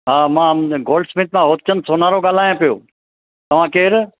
हा मां goldsmith मां होपचंद सोनारो ॻाल्हायां पियो तव्हां केरु